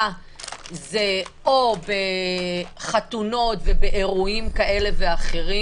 זה או בחתונות ובאירועים כאלה ואחרים